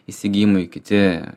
įsigijimui kiti